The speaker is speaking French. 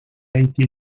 été